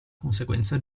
conseguenza